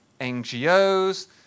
NGOs